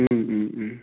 उम उम उम